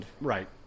Right